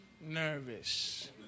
nervous